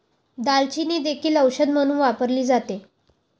दालचिनी देखील औषध म्हणून वापरली जाते